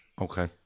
Okay